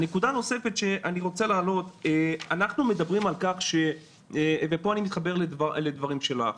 נקודה נוספת שאני רוצה להעלות ופה אני מתחבר לדברים שלך,